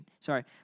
sorry